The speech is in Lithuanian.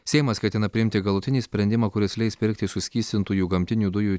seimas ketina priimti galutinį sprendimą kuris leis pirkti suskystintųjų gamtinių dujų